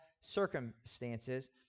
circumstances